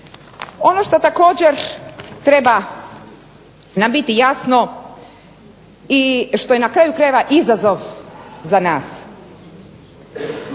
Ono što također nam treba biti jasno i što je na kraju krajeva izazov za nas